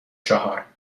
چهار